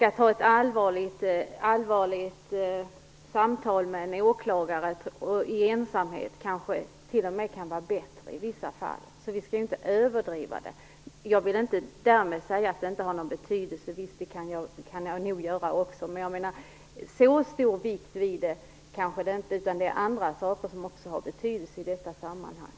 Att ha ett allvarligt samtal med en åklagare i ensamhet kan kanske t.o.m. vara bättre i vissa fall. Vi skall inte överdriva. Jag vill därmed inte säga att domstolen inte har någon pedagogisk betydelse. Det kan den nog också ha. Men så stor vikt kan man inte lägga vid den. Andra saker har också betydelse i detta sammanhang.